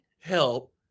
help